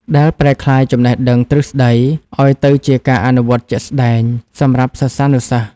ដែលប្រែក្លាយចំណេះដឹងទ្រឹស្ដីឱ្យទៅជាការអនុវត្តជាក់ស្ដែងសម្រាប់សិស្សានុសិស្ស។